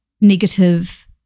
negative